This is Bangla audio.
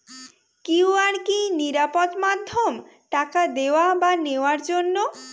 কিউ.আর কি নিরাপদ মাধ্যম টাকা দেওয়া বা নেওয়ার জন্য?